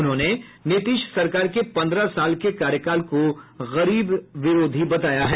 उन्होंने नीतीश सरकार के पन्द्रह साल के कार्यकाल को गरीब विरोधी बताया है